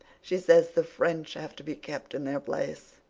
she says the french have to be kept in their place.